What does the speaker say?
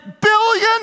billion